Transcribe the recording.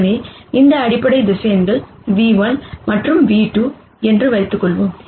எனவே இந்த அடிப்படை வெக்டார் ν₁ மற்றும் v2 என்று வைத்துக் கொள்வோம்